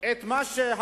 את מה שהעובדים